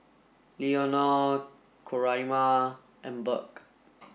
Leonor Coraima and Burk